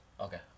Okay